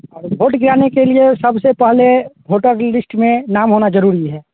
और वोट जाने के लिए सबसे पहले वोटर लिस्ट में नाम होना ज़रूरी है